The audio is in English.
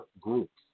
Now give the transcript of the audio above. groups